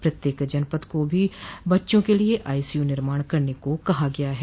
प्रत्येक जनपद को भी बच्चों के लिये आईसीयू का निर्माण करने को कहा गया है